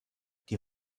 die